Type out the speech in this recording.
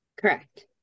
correct